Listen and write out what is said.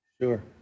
sure